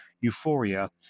euphoria